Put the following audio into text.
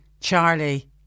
Charlie